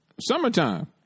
summertime